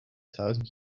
thousand